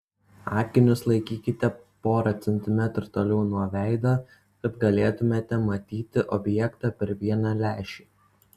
akinius laikykite porą centimetrų toliau nuo veido kad galėtumėte matyti objektą per vieną lęšį